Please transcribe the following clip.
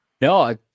No